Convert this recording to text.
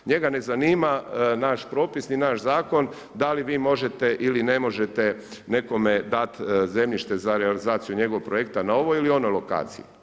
Njega ne zanima naš propis, ni naš zakon da li vi možete ili ne možete nekome dati zemljište za realizaciju njegovog projekta na ovoj ili onoj lokaciji.